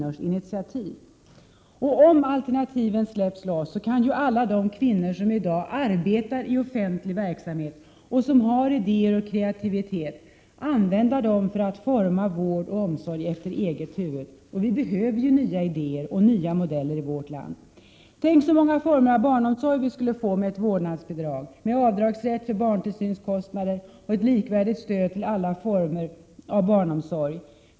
Om alternativen släpps loss, kan alla de kvinnor som i dag arbetar i offentlig verksamhet och som har idéer och kreativitet använda dem för att forma vård och omsorg efter eget huvud. Och vi behöver ju nya idéer och nya modeller i vårt land! Tänk så många former av barnomsorg vi skulle få med ett vårdnadsbidrag, avdragsrätt för barntillsynskostnader och ett likvärdigt stöd till alla former av barnomsorg!